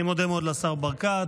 אני מודה מאוד לשר ברקת.